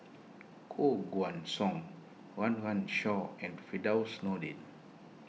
Koh Guan Song Run Run Shaw and Firdaus Nordin